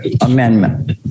amendment